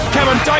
Kevin